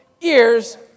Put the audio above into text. ears